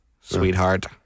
sweetheart